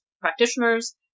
practitioners